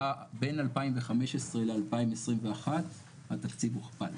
בין 2015 ל-2021 התקציב הוכפל,